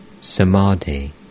samadhi